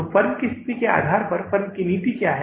तो फर्म की स्थिति के आधार पर फर्म की नीति क्या है